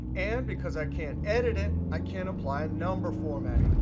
and because i can't edit it, i can't apply and number formatting.